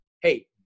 Hey